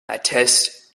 attest